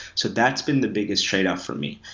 so that's been the biggest trade-off for me,